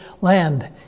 land